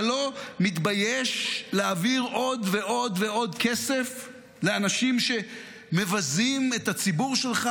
אתה לא מתבייש להעביר עוד ועוד ועוד כסף לאנשים שמבזים את הציבור שלך,